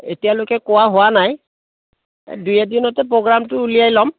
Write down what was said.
এতিয়ালৈকে কোৱা হোৱা নাই দুই এদিনতে প্ৰগ্ৰামটো উলিয়াই ল'ম